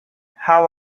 how